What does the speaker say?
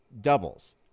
doubles